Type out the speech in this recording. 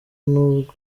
nubwo